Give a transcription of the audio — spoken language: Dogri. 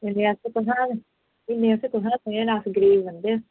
इ'न्ने असें कुत्थौं इ'न्ने असें कुत्थूं देने अस गरीब बंदे आं